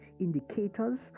indicators